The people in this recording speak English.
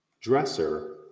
dresser